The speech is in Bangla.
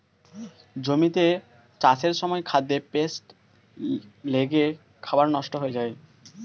জমিতে চাষের সময় খাদ্যে পেস্ট লেগে খাবার নষ্ট হয়ে যায়